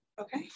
Okay